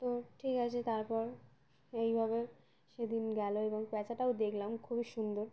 তো ঠিক আছে তারপর এইভাবে সেদিন গেল এবং প্যাচাটাও দেখলাম খুবই সুন্দর